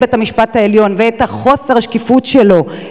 בית-המשפט העליון ואת חוסר השקיפות שלו,